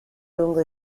lungo